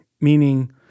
Meaning